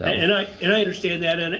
and i and i understand that. and